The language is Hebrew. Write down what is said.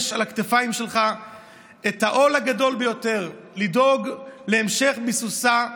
יש על הכתפיים שלך את העול הגדול ביותר: לדאוג להמשך ביסוסה,